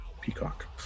peacock